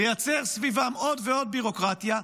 לייצר סביבם עוד ועוד ביורוקרטיה,